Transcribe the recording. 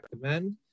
recommend